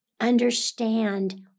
Understand